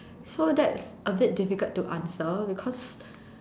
so that's a bit difficult to answer because